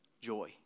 joy